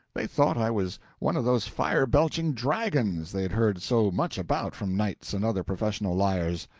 they thought i was one of those fire-belching dragons they had heard so much about from knights and other professional liars.